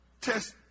test